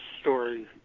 story